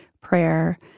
prayer